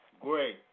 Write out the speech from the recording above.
great